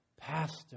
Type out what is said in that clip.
pastor